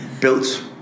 built